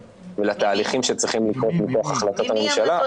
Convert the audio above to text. ולתהליכים שצריכים לקרות מכח החלטת הממשלה,